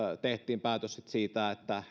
tehtiin päätös että